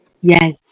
Yes